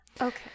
Okay